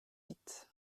vite